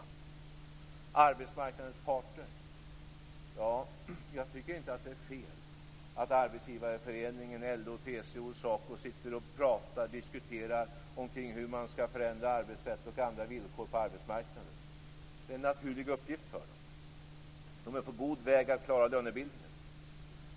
Beträffande arbetsmarknadens parter tycker jag inte att det är fel att Arbetsgivareföreningen, LO, TCO och SACO diskuterar kring hur man skall förändra arbetsrätten och andra villkor på arbetsmarknaden. Det är en naturlig uppgift för dem. De är på god väg att klara lönebildningen.